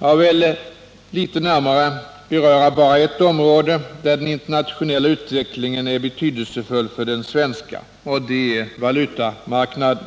Jag vill litet närmare beröra bara ett område, där den internationella utvecklingen är betydelsefull för den svenska, och det är valutamarknaden.